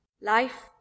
Life